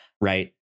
right